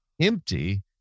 empty